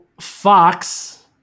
Fox